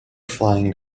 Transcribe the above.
flying